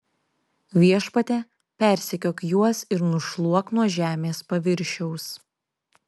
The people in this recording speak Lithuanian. viešpatie persekiok juos ir nušluok nuo žemės paviršiaus